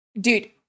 Dude